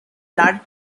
blood